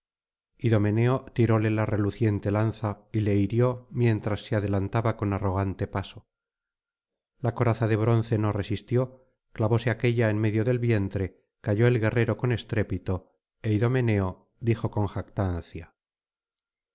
idomeneo tiróle la reluciente lanza y le hirió mientras se adelantaba con arrogante paso la coraza de bronce no resistió clavóse aquélla en medio del vientre cayó el guerrero con estrépito é idomeneo dijo con jactancia